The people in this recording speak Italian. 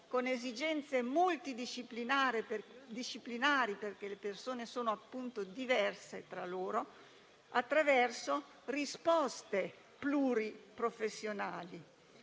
con esigenze multidisciplinari - le persone sono diverse tra loro - attraverso risposte pluriprofessionali.